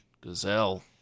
gazelle